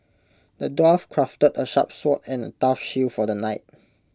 the dwarf crafted A sharp sword and A tough shield for the knight